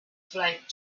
flight